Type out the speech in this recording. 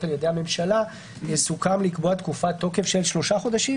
על-ידי הממשלה - סוכם לקבוע תקופת תוקף של שלושה חודשים